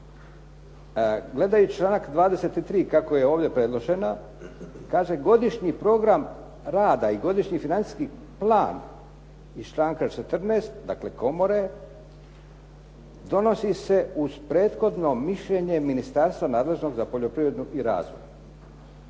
gledajući članak 23. kako je ovdje predložena kaže godišnji program rada i godišnji financijski plan iz članka 14., dakle komore donosi se uz prethodno mišljenje ministarstva nadležnog za poljoprivredu i razvoj.